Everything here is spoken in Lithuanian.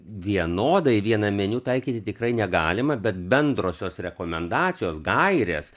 vienodai vieną meniu taikyti tikrai negalima bet bendrosios rekomendacijos gairės